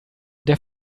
der